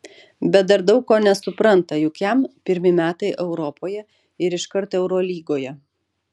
bet dar daug ko nesupranta juk jam pirmi metai europoje ir iškart eurolygoje